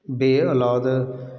ਬੇਔਲਾਦ